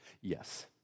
Yes